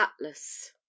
Atlas